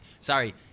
sorry